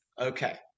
Okay